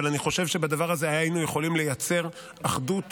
אבל אני חושב שבדבר הזה היינו יכולים לייצר אחדות